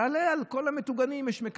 תעלה על כל המטוגנים שיש,